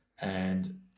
And-